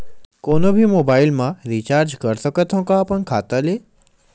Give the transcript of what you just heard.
कोनो भी मोबाइल मा रिचार्ज कर सकथव का अपन खाता ले?